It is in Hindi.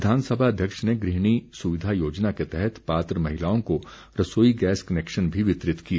विधानसभा अध्यक्ष ने गृहिणी सुविधा योजना के तहत पात्र महिलाओं को रसोई गैस कनेक्शन भी वितरित किए